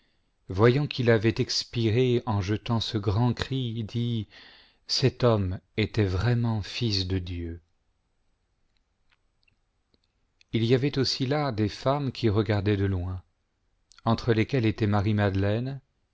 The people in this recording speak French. voyant qu'il avait expiré en jetant ce grand cri dit cet homme était vraiment fils de dieu il y avait aussi là des femmes qui regardaient de loin entre lesquelles